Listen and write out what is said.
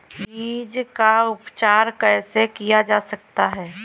बीज का उपचार कैसे किया जा सकता है?